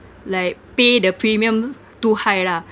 like pay the premium too high lah